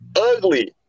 ugly